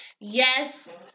yes